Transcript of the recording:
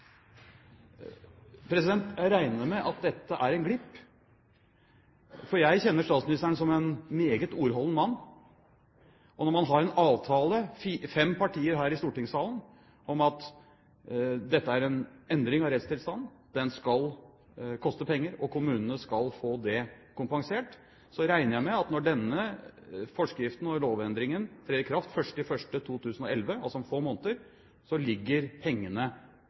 Jeg regner med at dette er en glipp, for jeg kjenner statsministeren som en meget ordholden mann, og når fem partier her i stortingssalen har en avtale om at dette er en endring av rettstilstanden, den skal koste penger, og kommunene skal få det kompensert, så regner jeg med at når denne forskriften og lovendringen trer i kraft 1. januar 2011, altså om få måneder, så ligger pengene